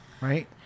Right